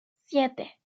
siete